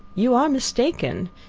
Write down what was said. you are mistaken.